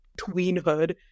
tweenhood